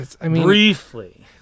Briefly